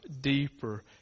deeper